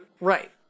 Right